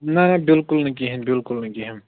نہَ نہَ بلکُل نہَ کِہیٖنٛۍ بِلکُل نہَ کِہیٖنٛۍ